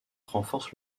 renforce